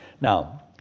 Now